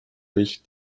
durch